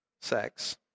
sex